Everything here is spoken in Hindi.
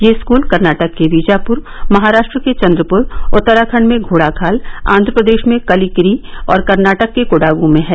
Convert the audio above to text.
ये स्कूल कर्नाटक के बीजापुर महाराष्ट्र के चंद्रपुर उत्तराखंड में घोड़ाखाल आंध्र प्रदेश में कलिकिरी और कर्नाटक के कोडागु में हैं